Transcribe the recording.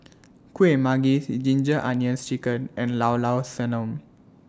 Kueh Manggis Ginger Onions Chicken and Llao Llao Sanum